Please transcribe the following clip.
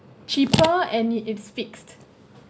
cheaper and it it's fixed